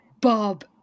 Bob